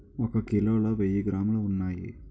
ఒక కిలోలో వెయ్యి గ్రాములు ఉన్నాయి